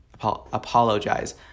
apologize